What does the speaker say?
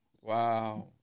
Wow